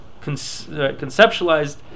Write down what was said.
conceptualized